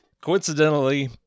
Coincidentally